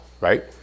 right